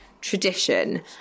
tradition